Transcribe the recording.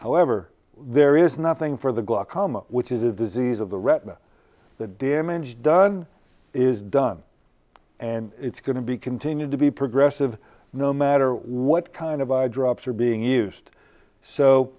however there is nothing for the glaucoma which is a disease of the retina the damage done is done and it's going to be continued to be progressive no matter what kind of eye drops are being used so